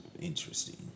interesting